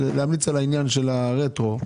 להמליץ על העניין של הרטרואקטיביות.